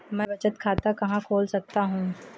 मैं बचत खाता कहाँ खोल सकता हूँ?